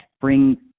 bring